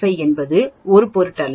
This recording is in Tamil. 5 என்பது ஒரு பொருட்டல்ல